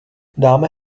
dáme